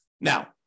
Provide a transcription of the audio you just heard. Now